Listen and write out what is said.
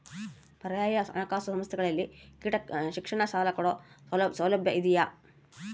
ಪರ್ಯಾಯ ಹಣಕಾಸು ಸಂಸ್ಥೆಗಳಲ್ಲಿ ಶಿಕ್ಷಣ ಸಾಲ ಕೊಡೋ ಸೌಲಭ್ಯ ಇದಿಯಾ?